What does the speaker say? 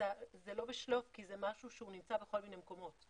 זה לא בשלוף כי זה משהו שנמצא בכל מיני מקומות,